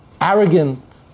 arrogant